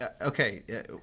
Okay